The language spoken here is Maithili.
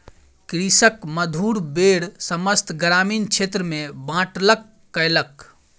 कृषक मधुर बेर समस्त ग्रामीण क्षेत्र में बाँटलक कयलक